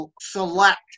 select